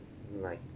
right